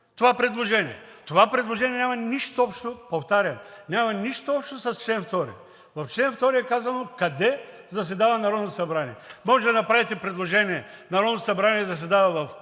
това предложение. Това предложение няма нищо общо, повтарям, няма нищо общо с чл. 2. В чл. 2 е казано къде заседава Народното събрание и Вие може да направите предложение Народното събрание да заседава в бившия